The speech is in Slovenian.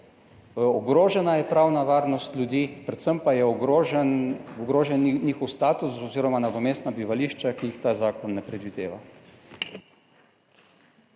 ogrožena je pravna varnost ljudi, predvsem pa je ogrožen njihov status oziroma nadomestna bivališča, ki jih ta zakon ne predvideva.